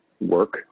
work